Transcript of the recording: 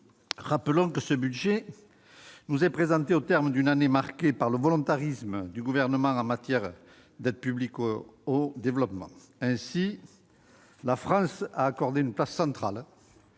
Rappelons que ce budget nous est présenté au terme d'une année marquée par le volontarisme du Gouvernement en matière d'aide publique au développement. Ainsi, la France a accordé une place centrale